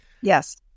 Yes